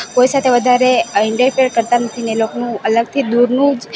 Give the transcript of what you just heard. કોઈ સાથે વધારે ઇન્ડેટફેર કરતા નથી ને એ લોકોનું અલગથી દૂરનું જ